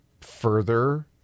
further